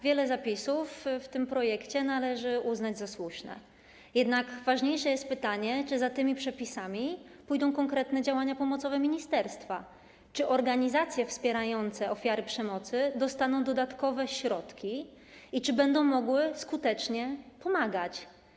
Wiele zapisów w tym projekcie należy uznać za słuszne, jednak ważniejsze jest pytanie, czy za tymi przepisami pójdą konkretne działania pomocowe ministerstwa, czy organizacje wspierające ofiary przemocy dostaną dodatkowe środki i czy będą mogły skutecznie pomagać.